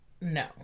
no